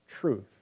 truth